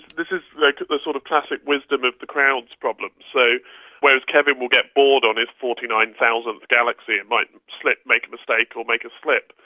this is like the sort of classic wisdom of the crowds problem. so whereas kevin will get bored on his forty nine thousandth galaxy and might make a mistake or make a slip,